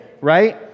right